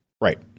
Right